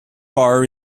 bar